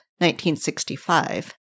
1965